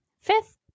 Fifth